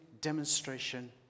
demonstration